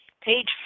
Page